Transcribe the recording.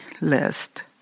list